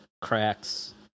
cracks